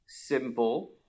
simple